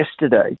yesterday